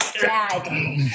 Dad